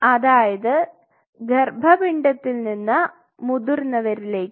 അതായത് ഗര്ഭപിണ്ഡത്തില് നിന്ന് മുതിർന്നവരിലേക്ക്